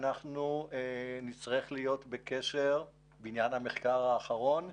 אנחנו נצטרך להיות בקשר בעניין המחקר האחרון,